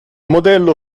modello